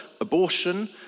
abortion